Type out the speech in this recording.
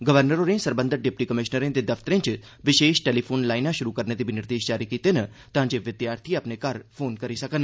governor होरें सरबंघत deputy कमिशनरें दे दफ्तरें च विशेष टेलीफोन लाईनां शुरु करने दे निर्देश बी जारी कीते तांजे विद्यार्थी अपने घर फोन करी सकन